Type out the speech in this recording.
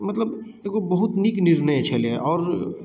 मतलब एगो बहुत नीक निर्णय छलइए और